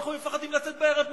אנחנו מפחדים לצאת בערב מהבית,